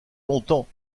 longtemps